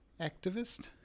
activist